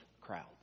crowds